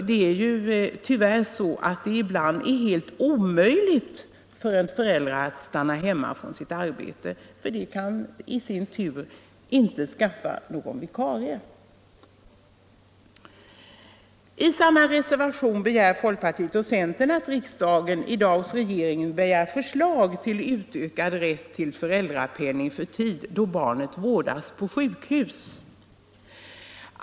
Det är ju tyvärr så att det ibland är helt omöjligt för en förälder att stanna hemma från sitt arbete då man där inte kan skaffa någon vikarie. I samma reservation begär folkpartiet och centern att riksdagen hos regeringen begär förslag om utökad rätt till föräldrapenning för tid då barnet vårdas på sjukhus.